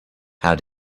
how